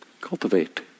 cultivate